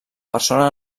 persona